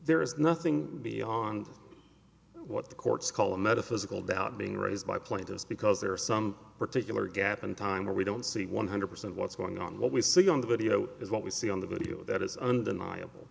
there is nothing beyond what the courts call a metaphysical doubt being raised by plaintiffs because there are some particular gap and time where we don't see one hundred percent what's going on what we see on the video is what we see on the video that is undeniable